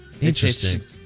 Interesting